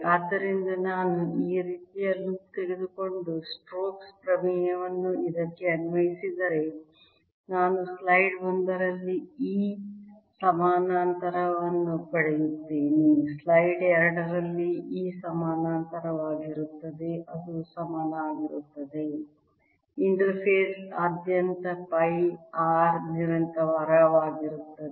ಆದ್ದರಿಂದ ನಾನು ಈ ರೀತಿಯ ಲೂಪ್ ತೆಗೆದುಕೊಂಡು ಸ್ಟೋಕ್ಸ್ Stokes' ಪ್ರಮೇಯವನ್ನು ಇದಕ್ಕೆ ಅನ್ವಯಿಸಿದರೆ ನಾನು ಸೈಡ್ 1 ರಲ್ಲಿ E ಸಮಾನಾಂತರವನ್ನು ಪಡೆಯುತ್ತೇನೆ ಸೈಡ್ 2 ರಲ್ಲಿ E ಸಮಾನಾಂತರವಾಗಿರುತ್ತದೆ ಅದು ಸಮನಾಗಿರುತ್ತದೆ ಇಂಟರ್ಫೇಸ್ ಆದ್ಯಂತ ಪೈ r ನಿರಂತರವಾಗಿರುತ್ತದೆ